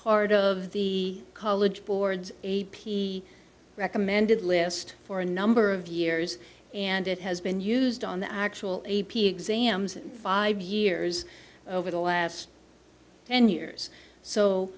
part of the college board's a p recommended list for a number of years and it has been used on the actual a p exams five years over the last ten years so